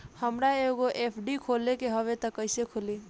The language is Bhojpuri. हमरा एगो एफ.डी खोले के हवे त कैसे खुली?